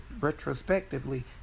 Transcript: retrospectively